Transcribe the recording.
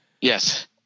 Yes